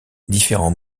différents